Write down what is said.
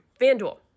FanDuel